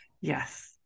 Yes